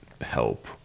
help